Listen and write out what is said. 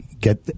get